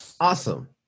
Awesome